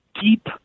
deep